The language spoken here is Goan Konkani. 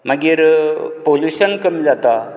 मागीर पोल्युशन कमी जाता